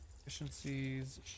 efficiencies